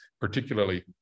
particularly